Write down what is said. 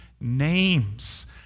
names